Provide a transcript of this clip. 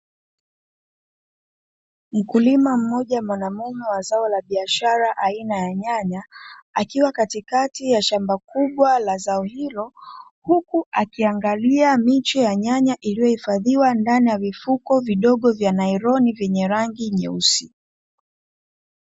Mkulima mmoja wanamume wa zao la biashara aina ya nyanya, akiwa katikati ya shamba kubwa la zao hilo, huku akiangalia miche ya nyanya iliyohifadhiwa ndani ya vifuko vidogo vya naironi vyenye rangi nyeusi.